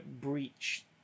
breach